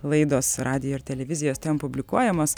laidos radijo ir televizijos ten publikuojamos